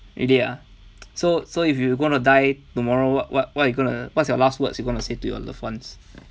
really ah so so if you were gonna die tomorrow what what what you gonna what's your last words you wanna say to your loved ones